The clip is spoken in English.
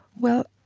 well,